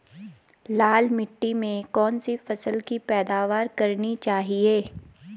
लाल मिट्टी में कौन सी फसल की पैदावार करनी चाहिए?